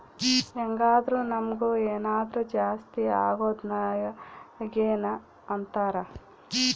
ಹೆಂಗಾದ್ರು ನಮುಗ್ ಏನಾದರು ಜಾಸ್ತಿ ಅಗೊದ್ನ ಗೇನ್ ಅಂತಾರ